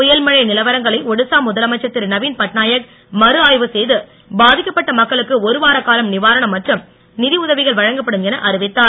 புயல் மழை நிலவரங்களை ஒடிசா முதலமைச்சர் திரு நவீன் பட்நாயக் மறு ஆய்வு செய்து பாதிக்கப்பட்ட மக்களுக்கு ஒருவார காலம் நிவாரணம் மற்றும் நிதியுதவிகள் வழங்கப்படும் என அறிவித்தார்